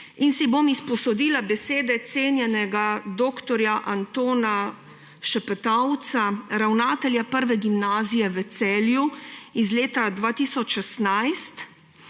Si bom izposodila besede cenjenega dr. Antona Šepetavca, ravnatelja Prve gimnazije v Celju iz leta 2016,